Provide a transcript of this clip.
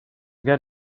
get